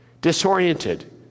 Disoriented